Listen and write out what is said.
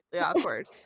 awkward